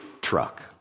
truck